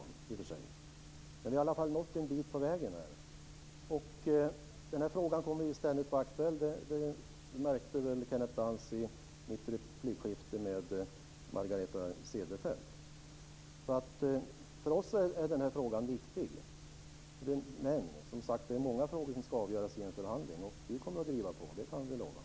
Vi har i varje fall nått en bit på vägen. Frågan kommer ständigt att vara aktuell. Det märkte väl Kenneth Lantz i mitt replikskifte med Margareta Cederfelt. För oss är frågan viktig. Men det är många frågor som ska avgöras i en förhandling. Vi kommer att driva på. Det kan vi lova.